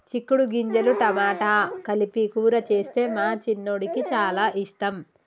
చిక్కుడు గింజలు టమాటా కలిపి కూర చేస్తే మా చిన్నోడికి చాల ఇష్టం